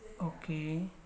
Okay